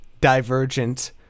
divergent